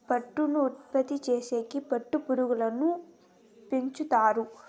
పట్టును ఉత్పత్తి చేసేకి పట్టు పురుగులను పెంచుతారు